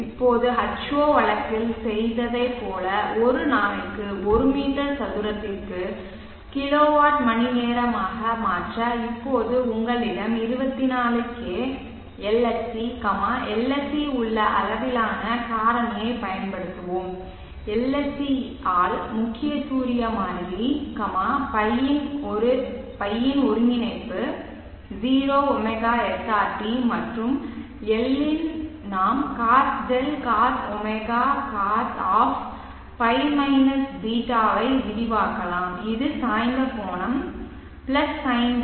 இப்போது H0 வழக்கில் செய்ததைப் போல ஒரு நாளைக்கு ஒரு மீட்டர் சதுரத்திற்கு கிலோ வாட் மணிநேரமாக மாற்ற இப்போது உங்களிடம் 24 k LSC LSC உள்ள அளவிலான காரணியைப் பயன்படுத்துவோம் LSC ஆல் முக்கிய சூரிய மாறிலி π இன் ஒருங்கிணைப்பு 0 ωsrt மற்றும் LN நாம் Cos 𝛿 Cos ω Cos π -ß ஐ விரிவாக்கலாம் இது சாய்ந்த கோணம் sin 𝛿 sin π